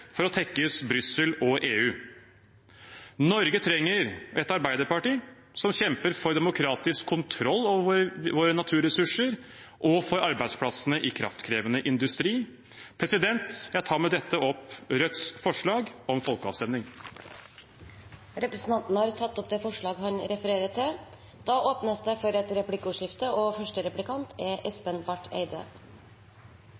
for å tekkes Brussel og EU. Norge trenger et arbeiderparti som kjemper for demokratisk kontroll over våre naturressurser og for arbeidsplassene i kraftkrevende industri. Jeg tar med dette opp Rødts forslag om folkeavstemning. Representanten Bjørnar Moxnes har tatt opp det forslaget han refererte til. Det blir replikkordskifte. Jeg synes det er friskt av representanten Moxnes først å advare mot feilinformasjon, og